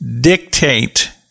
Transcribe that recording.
dictate